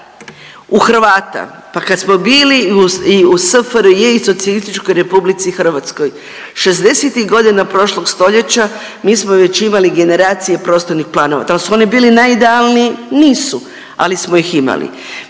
u Hrvata pa kad smo bili i u SFRJ i Socijalističkoj Republici Hrvatskoj 60-tih godina prošlog stoljeća mi smo već imali generacije prostornih planova. Da li su oni bili najidealniji? Nisu, ali smo ih imali.